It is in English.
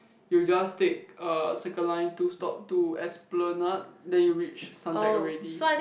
you just take uh circle line two stop to Esplanade then you reach Suntec already